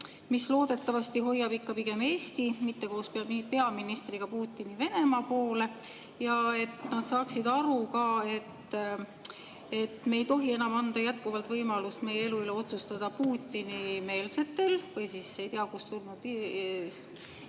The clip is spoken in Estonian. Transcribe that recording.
mis loodetavasti hoiab ikka pigem Eesti, mitte koos peaministriga Putini Venemaa poole, ja et nad saaksid aru, et me ei tohi enam anda jätkuvalt võimalust meie elu üle otsustada Putini-meelsetel või siis ei tea kust tulnud